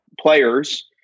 players